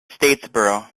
statesboro